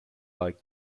like